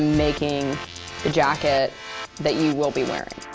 making the jacket that you will be wearing.